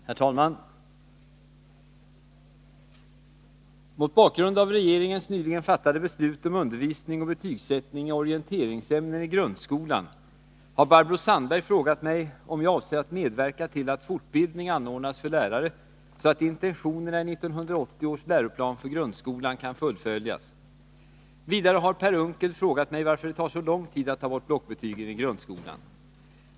Herr talman! Mot bakgrund av regeringens nyligen fattade beslut om undervisning och betygsättning i orienteringsämnen i grundskolan har Barbro Sandberg frågat mig om jag avser att medverka till att fortbildning anordnas för lärare så att intentionerna i 1980 års läroplan för grundskolan kan fullföljas. Vidare har Per Unckel frågat mig varför det tar så lång tid att ta bort blockbetygen i grundskolan.